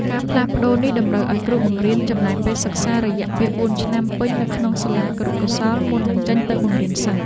ការផ្លាស់ប្តូរនេះតម្រូវឱ្យគ្រូបង្រៀនចំណាយពេលសិក្សារយៈពេលបួនឆ្នាំពេញនៅក្នុងសាលាគរុកោសល្យមុននឹងចេញទៅបង្រៀនសិស្ស។